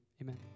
amen